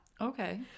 Okay